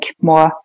more